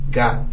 got